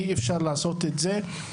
אי אפשר לעשות את זה.